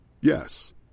Yes